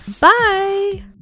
Bye